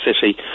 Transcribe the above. City